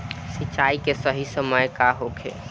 सिंचाई के सही समय का होखे?